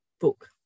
book